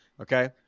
Okay